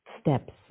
steps